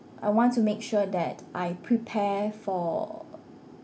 I want to make sure that I prepare for